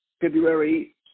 February